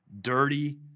dirty